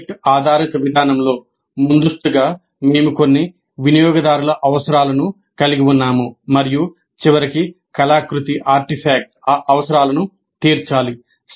project ఆధారిత విధానంలో ముందస్తుగా మేము కొన్ని వినియోగదారు అవసరాలను కలిగి ఉన్నాము మరియు చివరికి కళాకృతి ఆ అవసరాలను తీర్చాలి